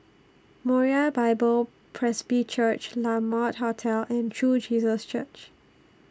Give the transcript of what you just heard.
Moriah Bible Presby Church La Mode Hotel and True Jesus Church